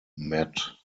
met